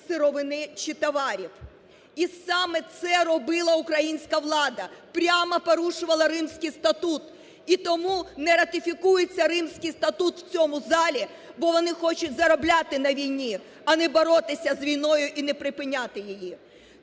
сировини чи товарів. І саме це робила українська влада: прямо порушувала Римський статут. І тому не ратифікується Римський статут в цьому залі, бо вони хочуть заробляти на війні, а не боротися з війною і не припиняти її.